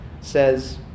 says